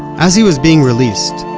as he was being released,